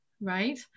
right